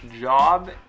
job